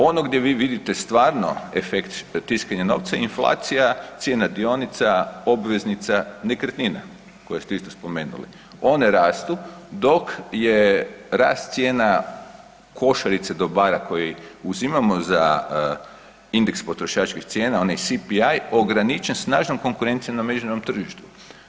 Ono gdje vi vidite stvarno efekt tiskanja novca, inflacija, cijena dionica, obveznica, nekretnina koje ste isto spomenuli one rastu dok je rast cijena košarice dobara koji uzimamo za indeks potrošačkih cijena oni CPI ograničen snažnom konkurencijom na međunarodnom tržištu.